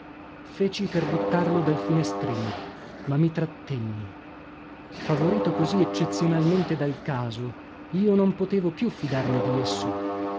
feci per buttarlo dal finestrino ma mi trattenni favorito così eccezionalmente dal caso io non potevo più fidarmi di esso